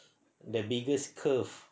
the biggest curve